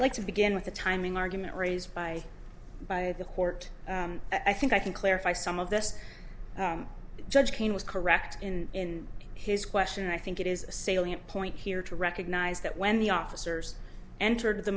like to begin with the timing argument raised by by the court i think i can clarify some of this judge kane was correct in his question and i think it is a salient point here to recognize that when the officers entered the